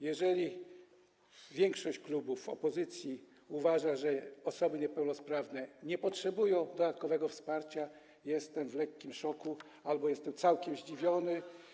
Jeżeli większość klubów opozycji uważa, że osoby niepełnosprawne nie potrzebują dodatkowego wsparcia, jestem w lekkim szoku, albo jestem całkiem zdziwiony.